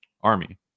Army